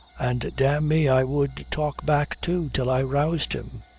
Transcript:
and dam' me i would talk back too till i roused him.